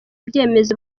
ibyemezo